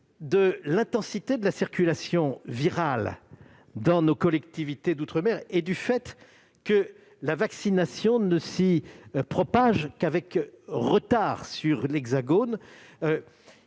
de l'intensité de la circulation virale dans nos collectivités d'outre-mer, et du fait que la vaccination ne s'y propage qu'avec retard par rapport